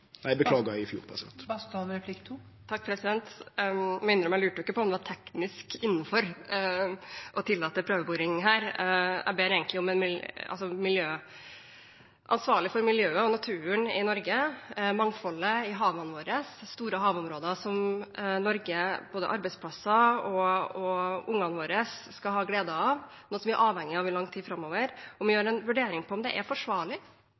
fjor. Jeg må innrømme at jeg lurte ikke på om det var teknisk innenfor å tillate prøveboring her. Jeg ber egentlig om at ansvarlig for miljøet og naturen i Norge, mangfoldet i havene våre – store havområder som Norge, både arbeidsplasser og ungene våre skal ha glede av, og som vi er avhengige av i lang tid framover – gjør en vurdering av om det er forsvarlig